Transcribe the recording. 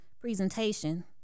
presentation